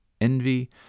envy